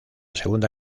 segunda